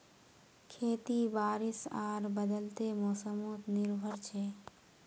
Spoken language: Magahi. खेती बारिश आर बदलते मोसमोत निर्भर छे